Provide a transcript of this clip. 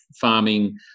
farming